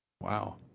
Wow